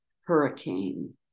hurricane